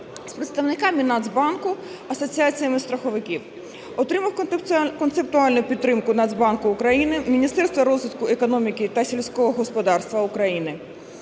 з представниками Нацбанку, асоціаціями страховиків. Отримав концептуальну підтримку Нацбанку України, Міністерства розвитку економіки та сільського господарства України.